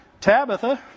Tabitha